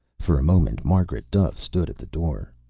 for a moment margaret duffe stood at the door.